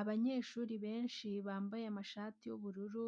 Abanyeshuri benshi bambaye amashati y'ubururu,